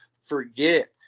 Forget